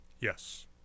Yes